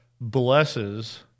blesses